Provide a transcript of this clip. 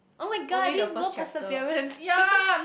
oh-my-god this is no perseverance